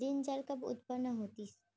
ऋण जाल कब उत्पन्न होतिस?